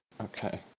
Okay